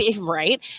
Right